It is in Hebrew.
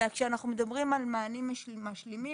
כשאנחנו מדברים על מענים משלימים,